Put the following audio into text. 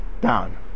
down